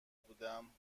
بودم